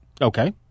Okay